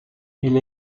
elle